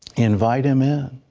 invite him in